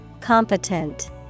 competent